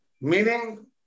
meaning